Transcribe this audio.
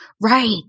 Right